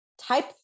Type